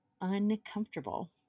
uncomfortable